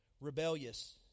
rebellious